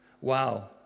Wow